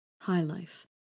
high-life